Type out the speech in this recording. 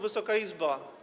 Wysoka Izbo!